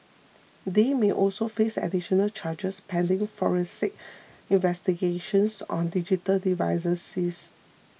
they may also face additional charges pending forensic investigations on digital devices seize